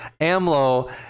AMLO